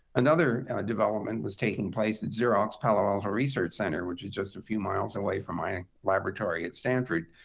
another development was taking place at xerox palo alto research center, which is just a few miles away from my laboratory at stanford.